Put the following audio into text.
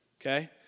Okay